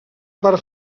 part